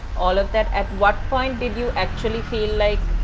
all of that. at what point did you actually feel like.